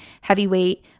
heavyweight